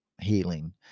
healing